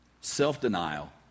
Self-denial